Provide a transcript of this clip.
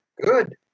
good